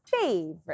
favorite